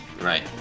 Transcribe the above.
Right